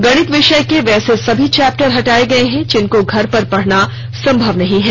गणित विषय के वैसे सभी चैप्टर हटाये गए हैं जिनको घर पर पढना संभव नहीं है